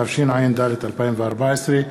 התשע"ד 2014,